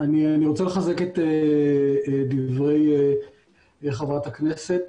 אני רוצה לחזק את דברי חברת הכנסת.